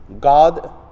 God